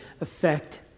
affect